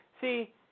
See